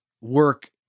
work